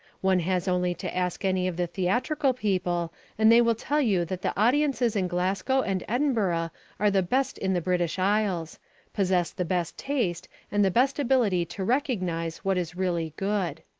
one has only to ask any of the theatrical people and they will tell you that the audiences in glasgow and edinburgh are the best in the british isles possess the best taste and the best ability to recognise what is really good.